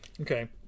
Okay